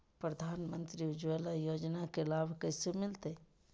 प्रधानमंत्री उज्वला योजना के लाभ कैसे मैलतैय?